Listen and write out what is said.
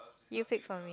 you fix for me